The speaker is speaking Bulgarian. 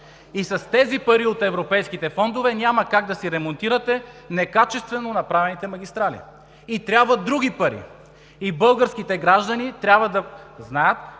и с тези пари от европейските фондове няма как да си ремонтирате некачествено направените магистрали, и трябват други пари. И българските граждани трябва да знаят,